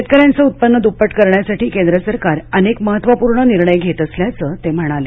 शेतकऱ्यांचं उत्पन्न दूप्पट करण्यासाठी केंद्र सरकार अनेक महत्त्वपूर्ण निर्णय घेत असल्याचं ते म्हणाले